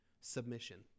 submission